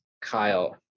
Kyle